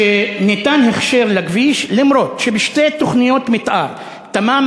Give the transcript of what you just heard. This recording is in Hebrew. שניתן הכשר לכביש אף שבשתי תוכניות מתאר, תמ"מ